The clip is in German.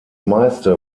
meiste